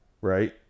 right